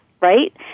right